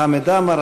חמד עמאר,